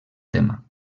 tema